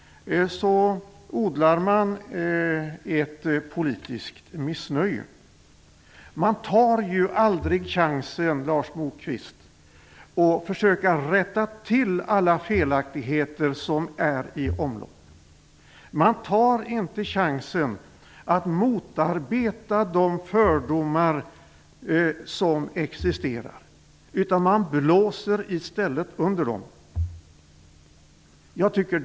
Så odlar man ett politiskt missnöje. Man tar ju aldrig chansen, Lars Moquist, att försöka rätta till alla felaktigheter som är i omlopp. Man tar inte chansen att motarbeta de fördomar som existerar, utan man blåser i stället under dem.